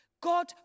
God